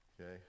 Okay